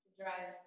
drive